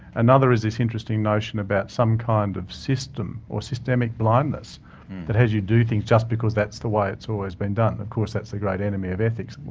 another is this interesting notion about some kind of system or systemic blindness that has you do things just because that's the way it's always been done. of course, that's the great enemy of ethics.